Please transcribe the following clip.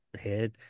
head